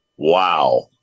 Wow